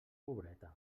pobreta